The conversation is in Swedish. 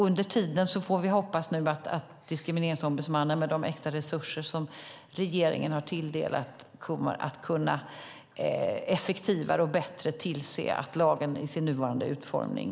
Under tiden får vi hoppas att Diskrimineringsombudsmannen, med de extra resurser som regeringen har tilldelat, effektivare och bättre kommer att kunna tillse att lagen efterlevs i sin nuvarande utformning.